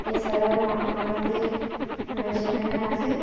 এছাড়াও আ আমাদের সেখানে আছে